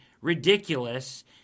ridiculous